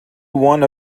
one